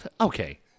okay